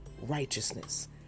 righteousness